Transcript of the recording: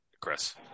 Chris